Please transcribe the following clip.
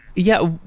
yeah,